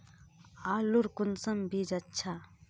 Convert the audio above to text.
आलूर कुंसम बीज अच्छा?